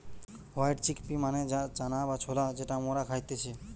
white chickpea মানে চানা বা ছোলা যেটা মরা খাইতেছে